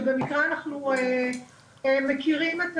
שבמקרה אנחנו מכירים את